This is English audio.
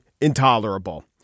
intolerable